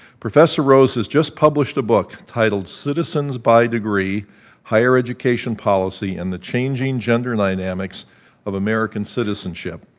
professor rose has just published a book titled citizens by degree higher education policy and the changing gender dynamics of american citizenship.